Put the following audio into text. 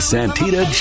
Santita